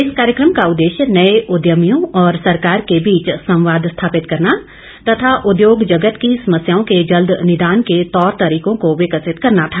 इस कार्यक्रम का उददेश्य नए उद्यमियों और सरकार के बीच संवाद स्थापित करना तथा उद्योग जगत की समस्याओं के जल्द निदान के तौर तरीकों को विकसित करना था